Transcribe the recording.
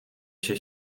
się